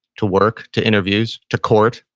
to work, to interviews, to court,